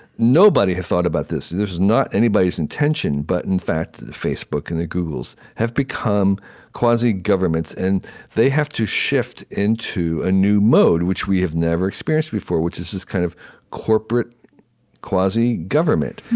nobody had thought about this. and this was not anybody's intention, but, in fact, the facebook and the googles have become quasi-governments. and they have to shift into a new mode, which we have never experienced before, which is this kind of corporate quasi-government,